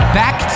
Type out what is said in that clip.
back